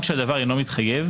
גם כשהדבר אינו מתחייב.